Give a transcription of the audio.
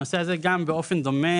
הנושא הזה גם באופן דומה,